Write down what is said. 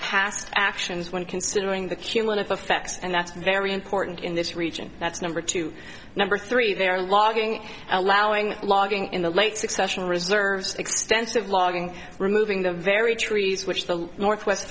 past actions when considering the cumulative effects and that's very important in this region that's number two number three they are logging allowing logging in the late succession reserves extensive logging removing the very trees which the northwest